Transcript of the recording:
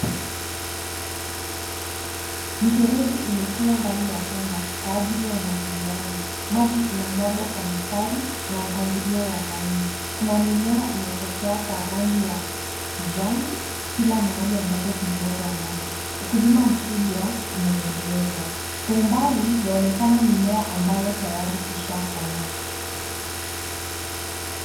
Mifereji imetiwa ndani ya shamba kwa ajili ya umwagiliaji. Maji inamwagwa kwa mistari kwa mpangilio wa laini. Kuna mimea inatokea kwa rangi wa ya kijani kila mahali ambapo kumemwagwa maji ukulima mkubwa unaendelezwa. Kwa umbali yaonekana mimea ambayo tayari isha komaa.